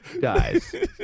guys